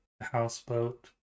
houseboat